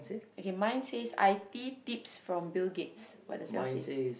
okay mine says I_T tips from Bill-Gates what does yours say